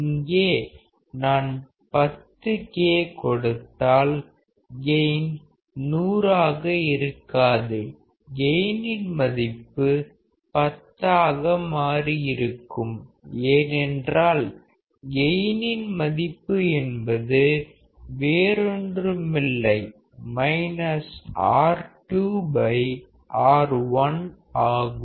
இங்கே நான் 10 K கொடுத்தால் கெயின் 100 ஆக இருக்காது கெயினின் மதிப்பு 10 ஆக மாறி இருக்கும் ஏனென்றால் கெயினின் மதிப்பு என்பது வேறொன்றுமில்லை R2R1 ஆகும்